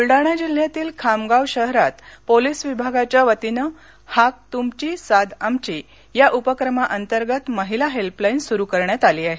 बुलडाणा जिल्ह्यातील खामगाव शहरात पोलिस विभागाच्या वतीने हाक तुमची साद आमची या उपक्रमांतर्गत महिला हेल्पलाईन सुरू करण्यात आली आहे